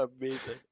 amazing